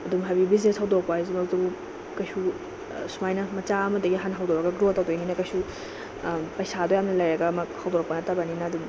ꯑꯗꯨ ꯍꯥꯏꯗꯤ ꯕꯤꯖꯤꯅꯦꯁ ꯍꯧꯗꯣꯔꯛꯄ ꯍꯥꯏꯁꯤꯃꯛꯇꯕꯨ ꯀꯩꯁꯨ ꯁꯨꯃꯥꯏꯅ ꯃꯆꯥ ꯑꯃꯗꯒꯤ ꯍꯥꯟꯅ ꯍꯧꯗꯣꯔꯛꯑꯒ ꯒ꯭ꯔꯣ ꯇꯧꯗꯣꯏꯅꯤꯅ ꯀꯩꯁꯨ ꯄꯩꯁꯥꯗꯣ ꯌꯥꯝꯅ ꯂꯩꯔꯒꯃꯛ ꯍꯧꯗꯣꯔꯛꯄ ꯅꯠꯇꯕꯅꯤꯅ ꯑꯗꯨꯝ